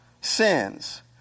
sins